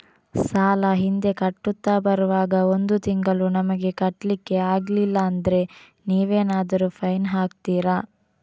ಸಾಲ ಹಿಂದೆ ಕಟ್ಟುತ್ತಾ ಬರುವಾಗ ಒಂದು ತಿಂಗಳು ನಮಗೆ ಕಟ್ಲಿಕ್ಕೆ ಅಗ್ಲಿಲ್ಲಾದ್ರೆ ನೀವೇನಾದರೂ ಫೈನ್ ಹಾಕ್ತೀರಾ?